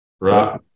right